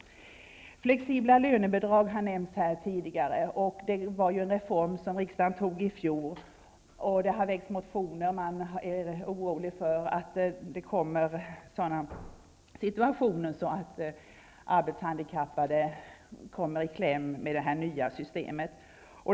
Flexibla lönebidrag har nämnts här tidigare, och det var en reform som riksdagen antog i fjol. Det har väckts motioner, då många är oroliga för att det med det nya systemet skall uppstå sådana situationer att arbetshandikappade kommer i kläm.